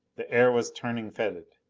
the air was turning fetid.